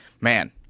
Man